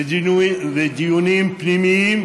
בדיונים פנימיים,